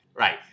Right